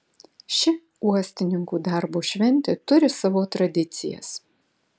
ši uostininkų darbo šventė turi savo tradicijas